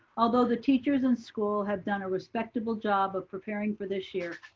although the teachers in school have done a respectable job of preparing for this year,